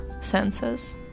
senses